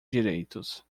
direitos